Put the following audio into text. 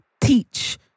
teach